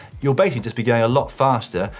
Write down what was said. you'll basically just be going a lot faster,